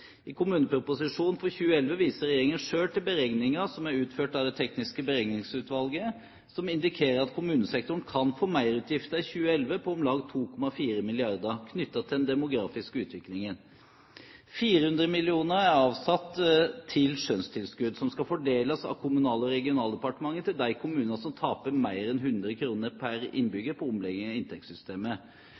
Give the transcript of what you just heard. I kommuneproposisjonen for 2011 viser regjeringen selv til beregninger som er utført av Det tekniske beregningsutvalget, som indikerer at kommunesektoren i 2011 kan få merutgifter på om lag 2,4 mrd. kr knyttet til den demografiske utviklingen. 400 mill. kr er avsatt til skjønnstilskudd, som skal fordeles av Kommunal- og regionaldepartementet til de kommuner som taper mer enn 100 kr per innbygger på omleggingen av inntektssystemet.